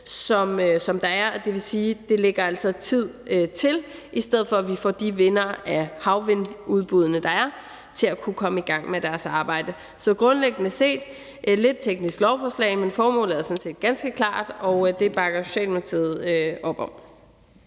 som der er, og det vil sige, at det altså lægger tid til, i stedet for at vi får de vindere af havvindudbuddene, der er, til at kunne komme i gang med deres arbejde. Så grundlæggende set er det et lidt teknisk lovforslag, men formålet er sådan set ganske klart, og det bakker Socialdemokratiet op om.